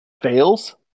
fails